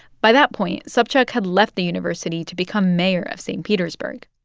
by that point, sobchak had left the university to become mayor of st. petersburg,